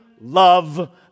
love